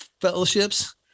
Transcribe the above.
fellowships